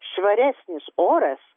švaresnis oras